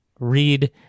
Read